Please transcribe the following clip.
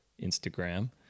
Instagram